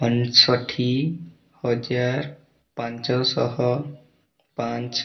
ଅଣଷଠି ହଜାର ପାଞ୍ଚଶହ ପାଞ୍ଚ